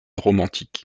romantique